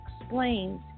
explains